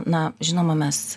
na žinoma mes